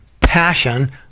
passion